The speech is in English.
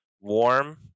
Warm